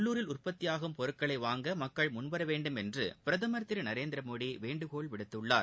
உள்ளுரில் உற்பத்தியாகும் பொருட்களை வாங்க மக்கள் முன்வரவேண்டும் என்று பிரதமர் திரு நரேந்திர மோடி வேண்டுகோள் விடுத்துள்ளார்